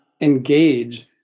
engage